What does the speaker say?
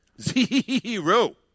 Zero